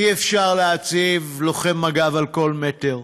אי-אפשר להציב לוחם מג"ב על כל מטר,